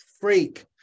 freak